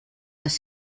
les